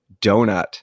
Donut